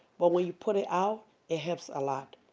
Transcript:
but when you put it out, it helps a lot.